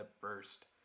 first